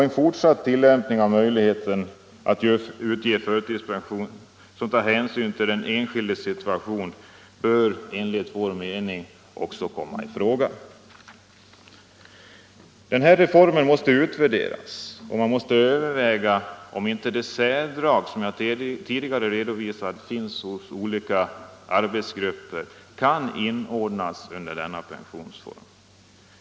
En fortsatt tillämpning av möjligheterna att utge förtidspension som tar hänsyn till den enskildes situation bör enligt vår mening komma i fråga. Denna reform måste utvärderas, och man måste överväga om inte de särdrag som jag tidigare redovisat finns hos olika arbetargrupper kan inordnas under denna pensionsform.